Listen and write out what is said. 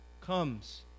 comes